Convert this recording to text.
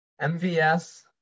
MVS